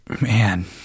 man